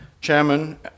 Chairman